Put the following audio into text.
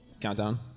Countdown